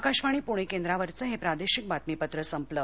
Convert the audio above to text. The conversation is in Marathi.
आकाशवाणी पुणे केंद्रावरच हे प्रादेशिक बातमीपत्र संपलं